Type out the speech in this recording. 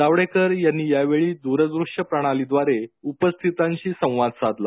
जावडेकर यांनी यावेळी द्रदृश्य प्रणालीद्वारे उपस्थितांशी संवाद साधला